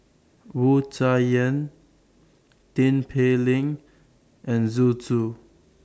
Wu Tsai Yen Tin Pei Ling and Zhu Xu